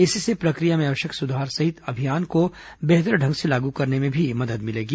इससे प्रक्रिया में आवश्यक सुधार सहित अभियान को बेहतर ढंग से लागू करने में भी मदद मिलेगी